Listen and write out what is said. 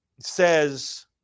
says